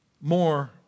more